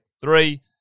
Three